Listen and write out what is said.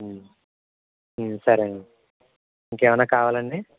సరే అండి ఇంకా ఎమన్న కావాలాండి